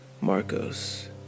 Marcos